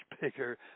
bigger